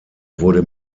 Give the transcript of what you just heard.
wurde